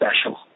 special